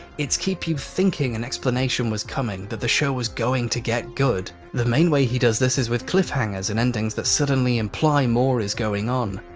its keep you thinking an explanation was coming, that the show was going to get good. the main way he does this is with cliffhangers and endings that suddenly imply more is going on.